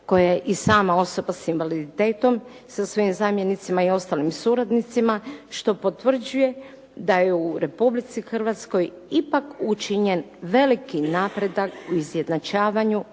koja je i sama osoba sa invaliditetom sa svojim zamjenicima i ostalim suradnicima što potvrđuje da je u Republici Hrvatskoj ipak učinjen veliki napreda u izjednačavanju